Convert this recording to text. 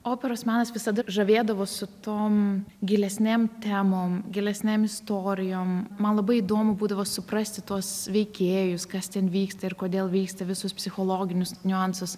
operos menas visada žavėdavo su tom gilesnėm temom gilesnėm istorijom man labai įdomu būdavo suprasti tuos veikėjus kas ten vyksta ir kodėl vyksta visus psichologinius niuansus